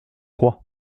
froid